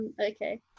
okay